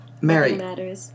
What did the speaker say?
Mary